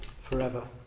forever